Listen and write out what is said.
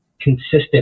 consistent